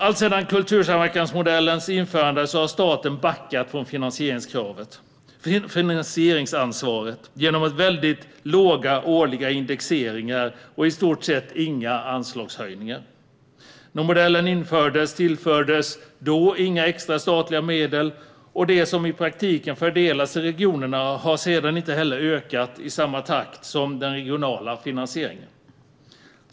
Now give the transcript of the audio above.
Alltsedan kultursamverkansmodellens införande har staten backat från finansieringsansvaret genom väldigt låga årliga indexeringar och i stort sett inga anslagshöjningar. När modellen infördes tillfördes inga extra statliga medel, och det som i praktiken fördelas till regionerna har inte heller ökat i samma takt som den regionala finansieringen.